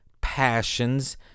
passions